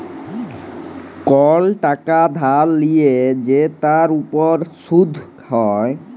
call টাকা ধার লিয়ে যে তার উপর শুধ হ্যয়